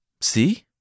See